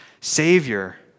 Savior